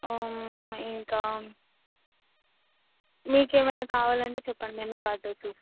ఇంకా మీకేమైనా కావాలంటే చెప్పండి మెనూ కార్టు చూసి